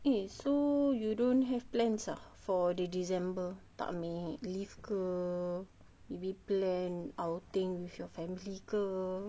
eh so you don't have plans ah for the december tak ambil leave ke maybe plan outing with your family ke